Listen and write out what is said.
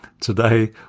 Today